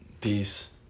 Peace